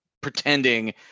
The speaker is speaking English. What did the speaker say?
pretending